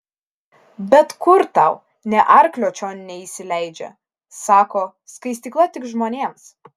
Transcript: bet kur tau nė arklio čion neįsileidžia sako skaistykla tik žmonėms